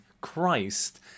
Christ